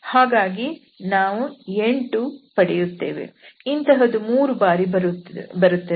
ಹಾಗಾಗಿ ಇಲ್ಲಿ ನಾವು 8 ಪಡೆಯುತ್ತೇವೆ ಇಂತಹುದು 3 ಬಾರಿ ಬರುತ್ತವೆ